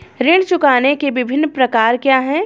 ऋण चुकाने के विभिन्न प्रकार क्या हैं?